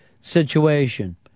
situation